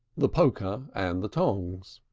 the poker, and the tongs